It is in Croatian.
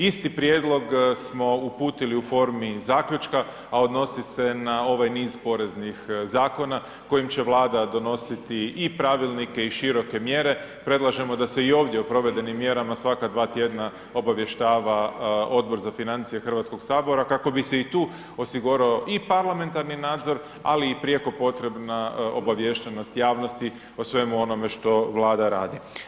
Isti prijedlog smo uputili u formi zaključka, a odnosi se na ovaj niz poreznih zakona kojim će Vlada donositi i Pravilnike i široke mjere, predlažemo da se i ovdje o provedenim mjerama svaka dva tjedna obavještava Odbor za financije HS kako bi se i tu osigurao i parlamentarni nadzor, ali i prijeko potrebna obaviještenost javnosti o svemu onome što Vlada radi.